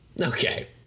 Okay